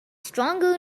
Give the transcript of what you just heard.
stronger